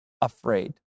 afraid